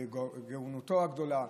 בגאונותו הגדולה,